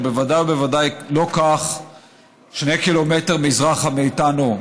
ובוודאי ובוודאי לא כך שני קילומטר מזרחה מאיתנו,